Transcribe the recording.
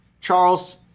Charles